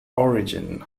origin